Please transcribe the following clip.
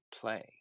play